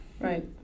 Right